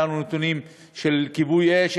אין לנו נתונים של כיבוי אש,